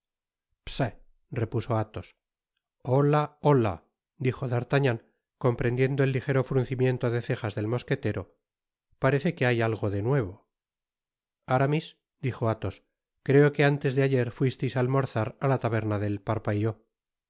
si repuso athos hola hola dijo d'artagnan comprendiendo el lijero fruncimiento de cejas del mosquetero parece que hay algo de nuevo aramis dijo athos creo que antes de ayer fuisteis á almorzar á la taberna del parpaillot si